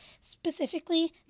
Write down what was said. specifically